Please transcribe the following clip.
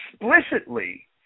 explicitly